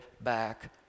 back